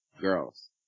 girls